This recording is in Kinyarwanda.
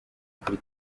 kuri